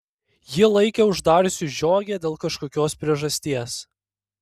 ji laikė uždariusi žiogę dėl kažkokios priežasties